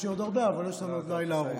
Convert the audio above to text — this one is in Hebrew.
יש לי עוד הרבה, אבל יש לנו עוד לילה ארוך.